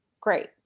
Great